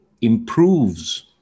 improves